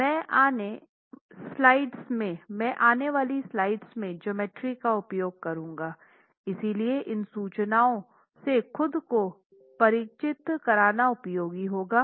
मैं आने स्लाइड्स में ज्योमेट्री का उपयोग करूँगा इसलिए इन सूचनाओं से खुद को परिचित करना उपयोगी होगा